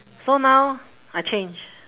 so now I change